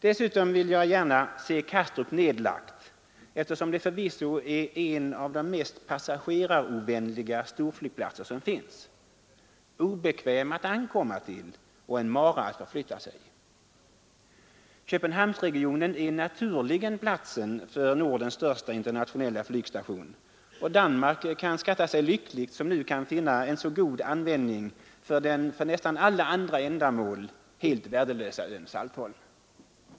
Dessutom vill jag gärna se Kastrup nedlagt, eftersom det förvisso är en av de mest passagerarovänliga storflygplatser som finns — obekväm att ankomma till och en mara att förflytta sig i. Köpenhamnsregionen är naturligen platsen för Nordens största internationella flygstation, och Danmark kan skatta sig lyckligt som nu kan finna en så god användning för den för nästan alla andra ändamål helt värdelösa ön Saltholm.